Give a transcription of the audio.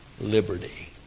liberty